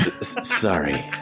Sorry